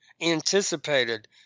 anticipated